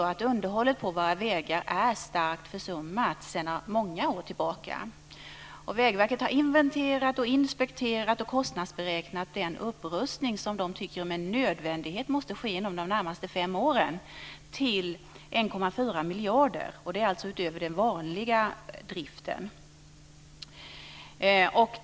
Underhållet av våra vägar är starkt försummat sedan många år tillbaka. Vägverket har inventerat, inspekterat och kostnadsberäknat den upprustning som de tycker med nödvändighet måste ske inom de närmaste fem åren till 1,4 miljarder. Det är alltså utöver den vanliga driften.